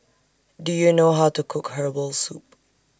Do YOU know How to Cook Herbal Soup